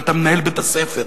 כי אתה מנהל בית-הספר.